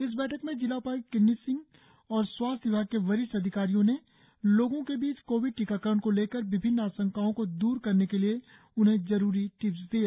इस बैठक में जिला उपायुक्त किन्नी सिंह और स्वास्थ्य विभाग के वरिष्ठ अधिखारियों ने लोगों के बीच कोविड टीकाकरण को लेकर विभिन्न आशंकाओं को दूर करने के लिए उन्हें जरुरी टिप्स दिए